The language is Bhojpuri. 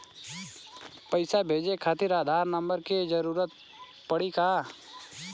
पैसे भेजे खातिर आधार नंबर के जरूरत पड़ी का?